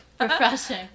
Refreshing